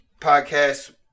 podcast